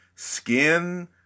Skin